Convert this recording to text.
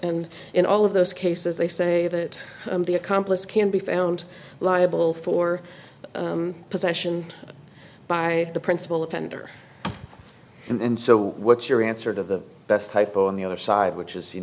and in all of those cases they say that the accomplice can be found liable for possession by the principal offender and so what's your answer to the best hypo on the other side which is you